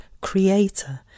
creator